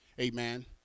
amen